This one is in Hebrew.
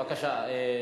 בבקשה.